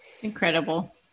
Incredible